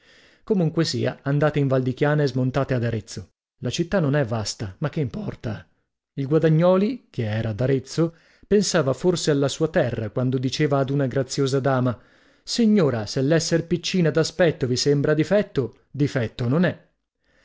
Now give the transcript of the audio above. comunque sia andate in val di chiana e smontate ad arezzo la città non è vasta ma che importa il guadagnoli che era d'arezzo pensava forse alla sua terra quando diceva ad una graziosa dama signora se l'essere piccina d'aspetto vi sembra difetto difetto non è